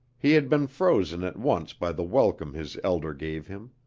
he had been frozen at once by the welcome his elder gave him,